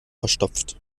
verstopft